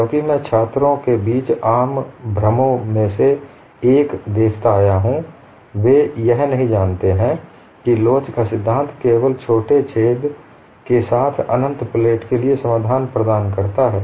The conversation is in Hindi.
क्योंकि मैं छात्रों के बीच आम भ्रमों में से एक देखता आया हूं वे यह नहीं जानते हैं कि लोच का सिद्धांत केवल एक छोटे छेद के साथ अनंत प्लेट के लिए समाधान प्रदान करता है